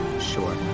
Sure